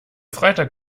freitag